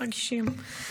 מרגישים.